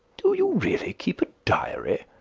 do you really keep a diary?